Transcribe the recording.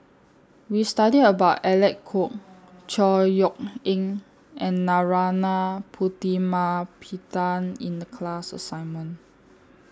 We studied about Alec Kuok Chor Yeok Eng and Narana Putumaippittan in The class assignment